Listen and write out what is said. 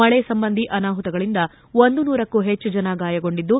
ಮಳೆ ಸಂಬಂಧಿ ಅನಾಹುತಗಳಿಂದ ಒಂದು ನೂರಕ್ಕೂ ಹೆಚ್ಚು ಜನ ಗಾಯಗೊಂಡಿದ್ದು